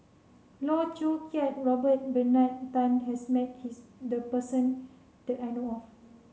Loh Choo Kiat Robert Bernard Tan has met hie the person that I know of